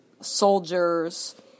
soldiers